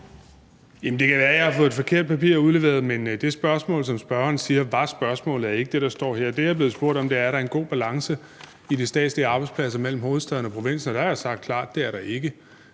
Det kan være, at jeg har fået det forkerte papir udleveret, men det spørgsmål, som spørgeren siger var spørgsmålet, er ikke det, der står her. Det, jeg er blevet spurgt om, er, om der er en god balance i de statslige arbejdspladser mellem hovedstaden og provinsen, og der har jeg klart sagt, at det er der ikke.